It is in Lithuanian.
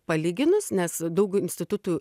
palyginus nes daug institutų